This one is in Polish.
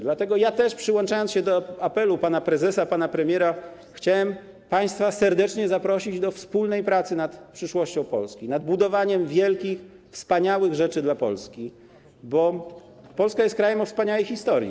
Dlatego ja też, przyłączając się do apelu pana prezesa, pana premiera, chciałem państwa serdecznie zaprosić do wspólnej pracy nad przyszłością Polski, nad budowaniem wielkich, wspaniałych rzeczy dla Polski, bo Polska jest krajem o wspaniałej historii.